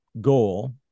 goal